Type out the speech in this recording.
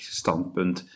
standpunt